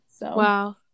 Wow